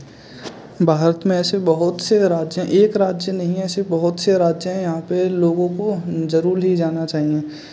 भारत में ऐसे बहुत से राज्य हैं एक राज्य नहीं हैं ऐसे बहुत से राज्य हैं यहाँ पे लोगों को ज़रूर ही जाना चाहिए